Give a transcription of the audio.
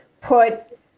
put